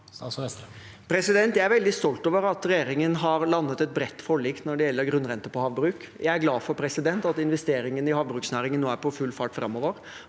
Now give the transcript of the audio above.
Jeg er vel- dig stolt over at regjeringen har landet et bredt forlik når det gjelder grunnrente på havbruk. Jeg er glad for at investeringene i havbruksnæringen nå er på full fart framover,